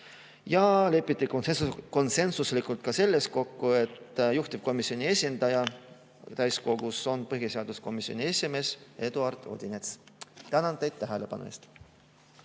lepiti kokku ka selles, et juhtivkomisjoni esindaja täiskogus on põhiseaduskomisjoni esimees Eduard Odinets. Tänan teid tähelepanu eest!